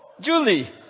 Julie